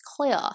clear